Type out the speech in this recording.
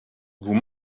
vous